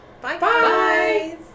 Bye